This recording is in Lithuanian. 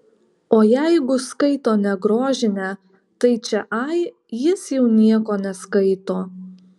o jeigu skaito ne grožinę tai čia ai jis jau nieko neskaito